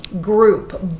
group